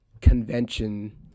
convention